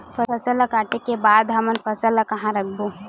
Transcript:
फसल ला काटे के बाद हमन फसल ल कहां रखबो?